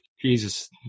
Jesus